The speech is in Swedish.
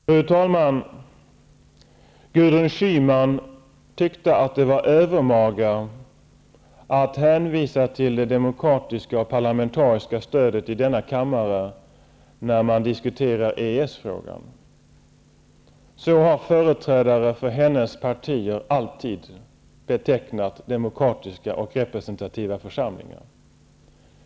Fru talman! Gudrun Schyman tyckte att det var övermaga att hänvisa till det demokratiska och parlamentariska stödet i denna kammare när man diskuterar EES-frågan. Så har företrädare för hennes partier alltid betecknat demokratiska och representativa församlingar.